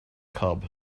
cub